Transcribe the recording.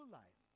life